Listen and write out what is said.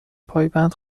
پایبند